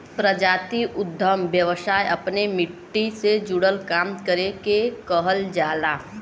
प्रजातीय उद्दम व्यवसाय अपने मट्टी से जुड़ल काम करे के कहल जाला